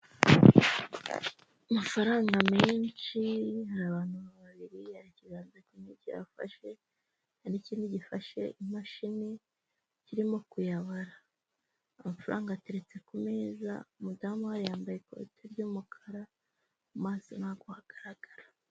Amafaranga menshi, hari abantu babiri, hari ikiganza kimwe kiyafashe, hari n'ikindi gifashe imashini kirimo kuyabara, amafaranga ateretse ku meza, umudamu uhari yambaye ikoti ry'umukara, mu maso ntabwo hagaragara.